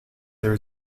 there